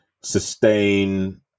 sustain